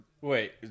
Wait